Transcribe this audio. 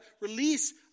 release